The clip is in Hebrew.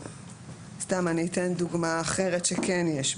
סתם אני אתן דוגמה אחרת שכן יש.